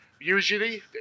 Usually